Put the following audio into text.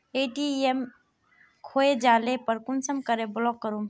ATM खोये जाले पर कुंसम करे ब्लॉक करूम?